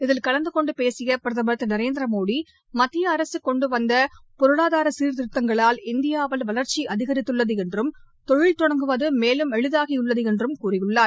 இதில் கலந்தகொண்டு பேசிய பிரதமர் திரு நரேந்திரமோடி மத்திய அரசு கொண்டு வந்த பொருளாதார சீர்திருத்தங்களால் இந்தியாவில் வளர்ச்சி அதிகரித்துள்ளது என்றும் தொழில் தொடங்குவது மேலும் எளிதாகியுள்ளது என்றும் கூறினார்